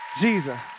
Jesus